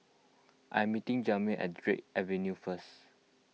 I am meeting Jamir at Drake Avenue first